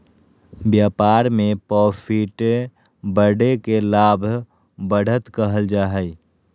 व्यापार में प्रॉफिट बढ़े के लाभ, बढ़त कहल जा हइ